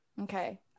okay